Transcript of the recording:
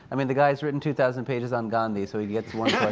i mean the guy's written two thousand pages on gandhi, so he gets one